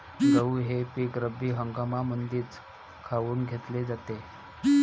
गहू हे पिक रब्बी हंगामामंदीच काऊन घेतले जाते?